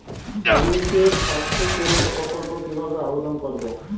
শ্রমিকের স্বাস্থ্য সুরক্ষা প্রকল্প কিভাবে আবেদন করবো?